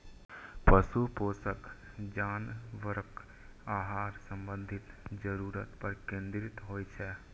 पशु पोषण जानवरक आहार संबंधी जरूरत पर केंद्रित होइ छै